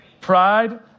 Pride